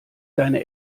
deine